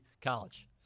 college